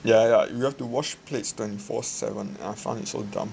yeah yeah you you have to wash plates twenty four seven and I find it so dumb